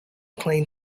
plain